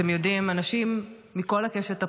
אתם יודעים, אנשים מכל הקשת הפוליטית,